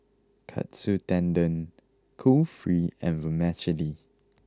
Katsu Tendon Kulfi and Vermicelli